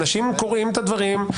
אנשים קוראים את הדברים.